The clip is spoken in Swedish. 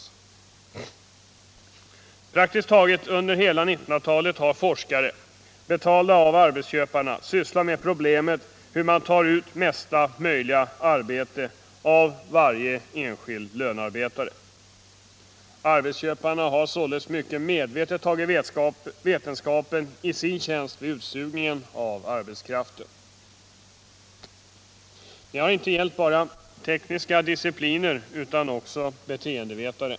Under praktiskt taget hela 1900-talet har forskare, betalda av arbetsköparna, sysslat med problemet hur man tar ut mesta möjliga arbete av varje enskild lönarbetare. Arbetsköparna har således mycket medvetet tagit vetenskapen i sin tjänst vid utsugningen av arbetskraften. Det har inte gällt bara tekniska discipliner utan också beteendevetare.